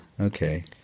Okay